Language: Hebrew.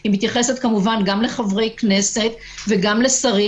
היא מתייחסת כמובן גם לחברי כנסת וגם לשרים,